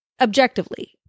objectively